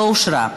לא אושרה.